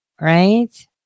right